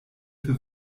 für